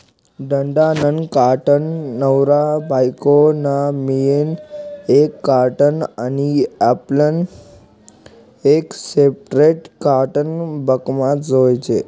धंदा नं खातं, नवरा बायको नं मियीन एक खातं आनी आपलं एक सेपरेट खातं बॅकमा जोयजे